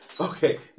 Okay